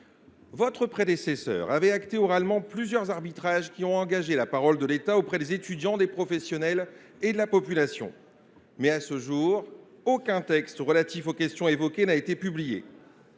Votre prédécesseur avait acté oralement plusieurs arbitrages qui ont engagé la parole de l’État auprès des étudiants, des professionnels et de la population. Mais, à ce jour, aucun texte relatif aux questions évoquées n’a été publié.